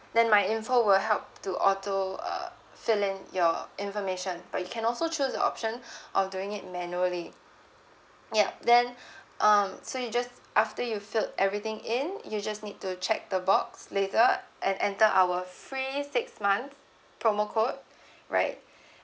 then MyInfo will help help to auto uh fill in your information but you can also choose the option of doing it manually yup then um so you just after you filled everything in you just need to check the box later and enter our free six month promo code right